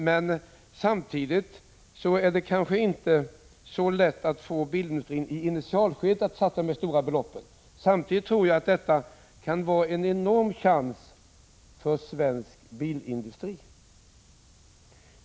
Men samtidigt är det kanske inte så lätt att få bilindustrin att i initialskedet satsa dessa stora belopp. Samtidigt tror jag att detta kan vara en enorm chans för svensk bilindustri.